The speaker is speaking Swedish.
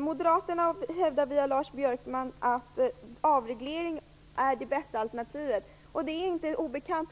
Moderaterna hävdar via Lars Björkman att avreglering är det bästa alternativet. Det är inte obekant